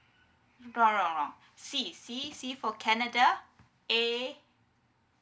wrong wrong wrong C C C for canada A